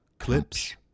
clips